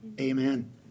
amen